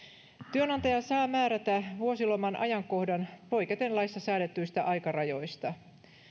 työnantaja saa määrätä vuosiloman ajankohdan poiketen laissa säädetyistä aikarajoista